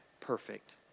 perfect